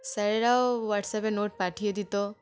স্যারেরাও হোয়াটসঅ্যাপে নোট পাঠিয়ে দিত